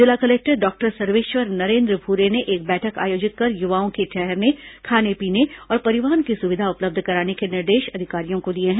जिला collector doctor Sarveshwar Narendra Bhure ने एक बैठक आयोजित कर युवाओं के ठहरने खाने पीने और परिवहन की सुविधा उपलब्ध कराने के निर्देश अधिकारियों को दिए हैं